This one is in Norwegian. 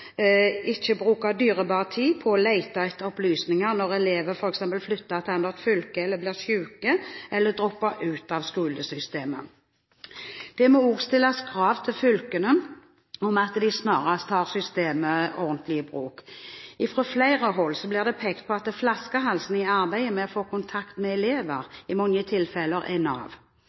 ikke bruker dyrebar tid på å lete etter opplysninger når elever flytter til et annet fylke, blir syke eller dropper ut av skolesystemet. Det må også stilles krav til fylkene om at de snarest tar systemet ordentlig i bruk. Fra flere hold blir det pekt på at flaskehalsen i arbeidet med å få kontakt med elever i mange tilfeller er Nav,